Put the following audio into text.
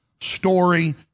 story